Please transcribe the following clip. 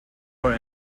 for